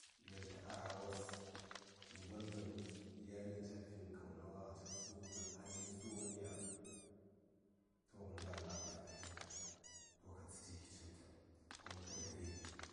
Yel tə a rah wos m gonnan yanes ca fin kauna wa ainihi na su ngəni ya? inta a labtə a səŋ kab to ka tsəɗi ki cim tə kuma ka gərəi.